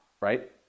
right